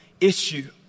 issue